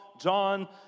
John